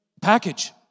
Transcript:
Package